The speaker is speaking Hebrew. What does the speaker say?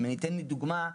לדוגמה,